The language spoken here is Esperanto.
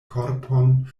korpon